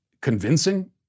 convincing